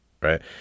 right